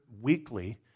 weekly